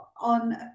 on